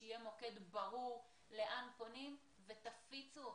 שיהיה מוקד ברור לאן פונים ותפיצו אותו.